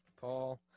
Paul